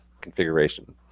configuration